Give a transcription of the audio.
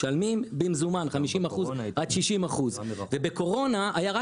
משלמים במזומן 50% עד 60%. בקורונה היה רק